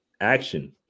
action